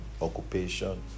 occupation